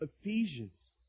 Ephesians